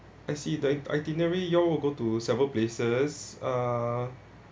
I see the itinerary you all will go to several places uh